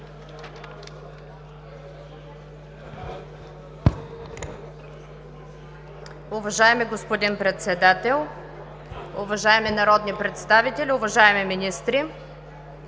Уважаеми господин Председател, уважаеми народни представители, уважаеми министри!